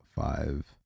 five